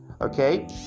Okay